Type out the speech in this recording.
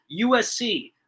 USC